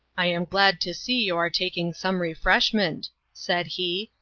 i am glad to see you are taking some refreshment, said he,